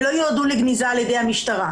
ולא יועדו לגניזה על ידי המשטרה.